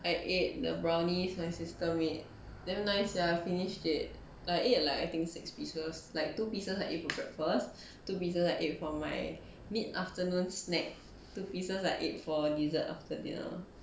I ate the brownies my sister made damn nice sia finished it like I ate like I think six pieces like two pieces like I ate for breakfast two pieces I ate for my mid afternoon snack two pieces like ate for dessert after dinner